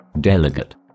delegate